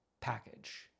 package